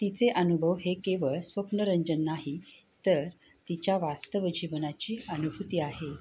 तिचे अनुभव हे केवळ स्वप्नरंजन नाही तर तिच्या वास्तव जीवनाची अनुभूती आहे